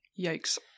Yikes